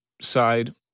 side